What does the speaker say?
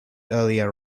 earlier